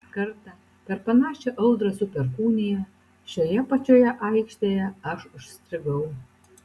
kartą per panašią audrą su perkūnija šioje pačioje aikštėje aš užstrigau